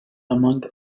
among